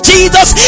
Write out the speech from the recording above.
Jesus